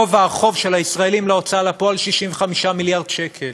גובה החוב של הישראלים להוצאה לפועל הוא 65 מיליארד שקל.